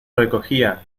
recogía